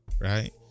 right